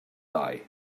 die